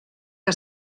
que